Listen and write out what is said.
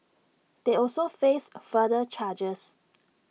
they also face further charges